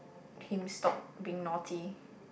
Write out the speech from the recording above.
him stop being naughty